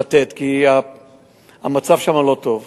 כי המצב שם לא טוב,